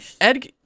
Ed